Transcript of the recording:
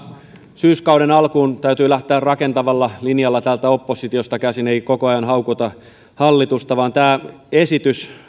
syyskauden alkuun täytyy lähteä rakentavalla linjalla täältä oppositiosta käsin ei koko ajan haukuta hallitusta vaan tämä esitys